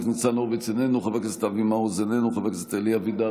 חבר הכנסת אלכס קושניר,